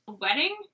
wedding